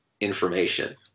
information